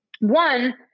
One